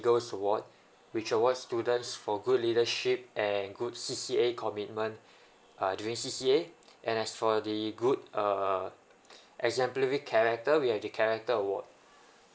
eagles award which awards students for good leadership and good C_C_A commitment uh during C_C_A and as for the good uh exemplary character we have the character award